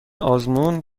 آزمون